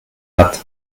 hat